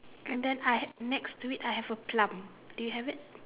and then I next to it I have a plump